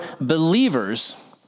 believers